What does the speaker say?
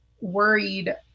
worried